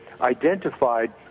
identified